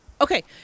okay